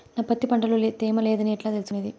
నా పత్తి పంట లో తేమ లేదని ఎట్లా తెలుసుకునేది?